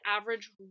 average